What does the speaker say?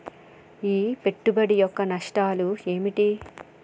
ఈ పెట్టుబడి యొక్క నష్టాలు ఏమిటి?